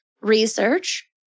research